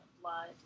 blood